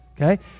okay